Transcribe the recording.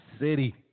city